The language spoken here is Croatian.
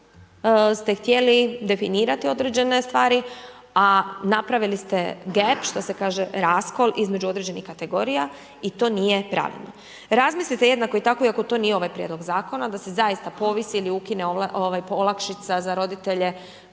ste htjeli definirati određene stvari a napravili ste gap što se kaže raskol između određenih kategorija i to nije pravilno. Razmislite jednako i tako i ako to nije ovaj prijedlog Zakona da se zaista povisi ili ukine olakšica za roditelje